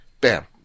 bam